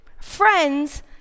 friends